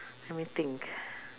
let me think